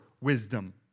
wisdom